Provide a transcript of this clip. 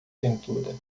pintura